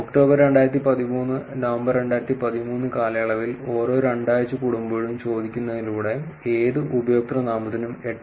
October 2013 November 2013 കാലയളവിൽ ഓരോ രണ്ടാഴ്ച കൂടുമ്പോഴും ചോദിക്കുന്നതിലൂടെ ഏത് ഉപയോക്തൃനാമത്തിനും 8